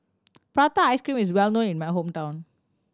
prata ice cream is well known in my hometown